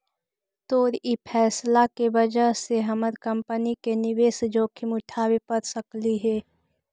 तोर ई फैसला के वजह से हमर कंपनी के निवेश जोखिम उठाबे पड़ सकलई हे